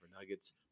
Nuggets